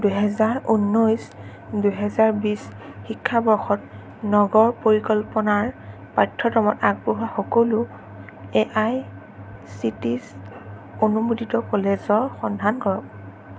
দুহেজাৰ ঊনৈছ দুহেজাৰ বিশ শিক্ষাবৰ্ষত নগৰ পৰিকল্পনাৰ পাঠ্যক্ৰমত আগবঢ়োৱা সকলো এ আই চি টিচ অনুমোদিত কলেজৰ সন্ধান কৰক